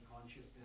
consciousness